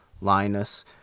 Linus